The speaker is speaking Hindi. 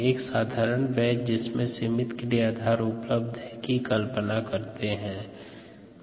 एक साधारण बैच जिसमें सीमित क्रियाधार उपलब्ध है की कल्पना करते है